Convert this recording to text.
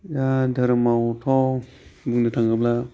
दा धोरोमावथ' बुंनो थाङोब्ला